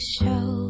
show